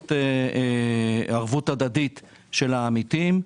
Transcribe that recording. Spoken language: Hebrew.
מבוססות ערבות הדדית של העמיתים,